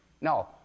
No